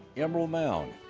emerald mound.